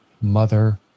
mother